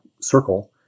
circle